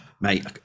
mate